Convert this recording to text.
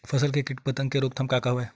फसल के कीट पतंग के रोकथाम का का हवय?